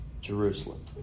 Jerusalem